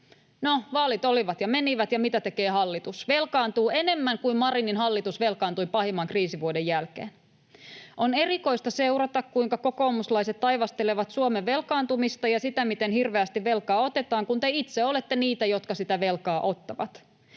No, vaalit olivat ja menivät, ja mitä tekee hallitus: velkaantuu enemmän kuin Marinin hallitus velkaantui pahimman kriisivuoden jälkeen. On erikoista seurata, kuinka kokoomuslaiset taivastelevat Suomen velkaantumista ja sitä, miten hirveästi velkaa otetaan, kun te itse olette niitä, jotka sitä velkaa ottavat.